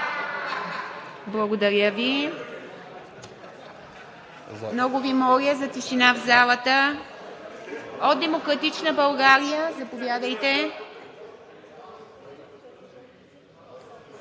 Благодаря Ви. Много Ви моля за тишина в залата. От „Демократична България“ – заповядайте.